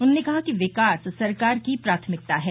उन्होंने कहा कि विकास सरकार की प्राथमिकता है